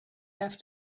have